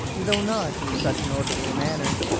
though not in such an orderly manner,